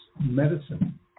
medicine